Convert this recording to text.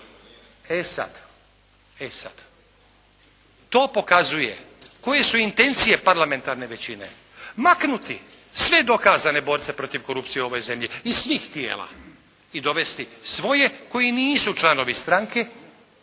E sad, to pokazuje koje su intencije parlamentarne većine maknuti sve dokazane borce protiv korupcije u ovoj zemlji i svih tijela i dovesti svoje koji nisu članovi stranke,